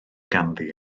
ganddi